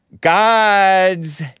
God's